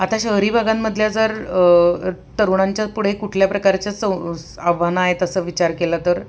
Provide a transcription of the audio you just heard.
आता शहरी भागांमधल्या जर तरुणांच्या पुढे कुठल्या प्रकारच्या सौ आव्हानं आहेत असा विचार केला तर